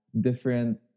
different